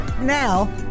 Now